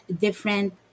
different